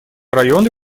районы